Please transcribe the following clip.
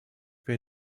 wer